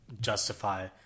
justify